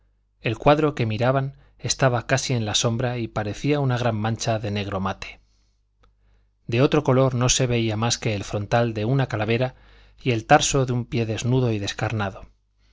el cuadro que miraban estaba casi en la sombra y parecía una gran mancha de negro mate de otro color no se veía más que el frontal de una calavera y el tarso de un pie desnudo y descarnado